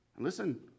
Listen